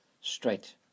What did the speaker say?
straight